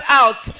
out